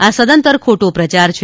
આ સદંતર ખોટો પ્રચાર છે